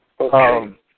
Okay